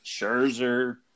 Scherzer